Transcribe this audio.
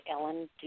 Ellen